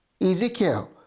Ezekiel